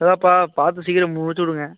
அதான்ப்பா பார்த்து சீக்கிரம் முடிச்சுவிடுங்க